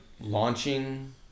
launching